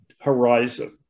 horizon